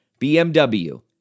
BMW